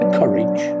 courage